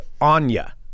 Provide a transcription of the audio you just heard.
Anya